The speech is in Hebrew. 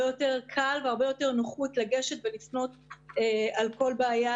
יותר קל והרבה יותר נוחות לגשת ולפנות על כל בעיה,